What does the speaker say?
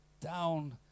down